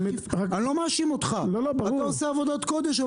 אני לא מאשים אותך, אתה עושה עבודת קודש.